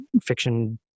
fiction